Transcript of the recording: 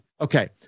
Okay